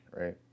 right